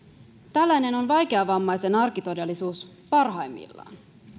tällainen on vaikeavammaisen arkitodellisuus parhaimmillaan